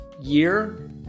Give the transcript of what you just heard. year